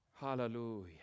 Hallelujah